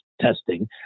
testing